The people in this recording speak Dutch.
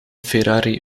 ferrari